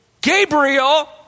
Gabriel